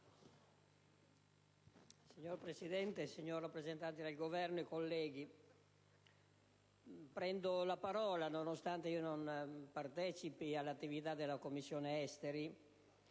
Signor Presidente, signor rappresentante del Governo, colleghi, prendo la parola, nonostante non partecipi all'attività della Commissione affari